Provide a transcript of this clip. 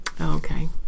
Okay